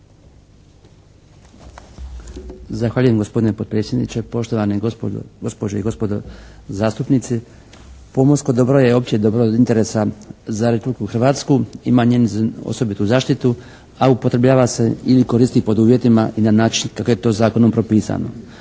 Zahvaljujem gospodine potpredsjedniče, poštovane gospođe i gospodo zastupnici. Pomorsko dobro je opće dobro od interesa za Republiku Hrvatsku, ima njenu osobitu zaštitu, a upotrebljava se ili koristi pod uvjetima i na način kako je to Zakonom propisano.